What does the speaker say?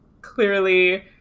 clearly